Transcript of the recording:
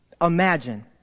Imagine